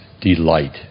delight